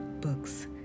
books